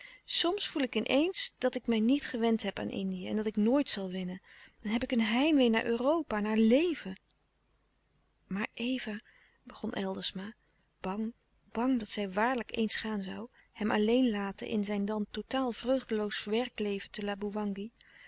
soms voel ik in eens dat ik mij niet gewend heb aan indië en dat ik nooit zal wennen en heb ik een heimwee naar europa naar leven maar eva begon eldersma bang bang dat zij waarlijk eens gaan zoû hem louis couperus de stille kracht alleen laten in zijn dan totaal vreugdeloos werkleven te